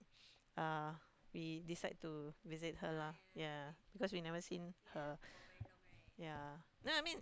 ah we decide to visit her lah yeah becuase we never seen her yeah no I mean